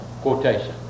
quotation